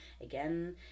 again